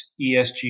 ESG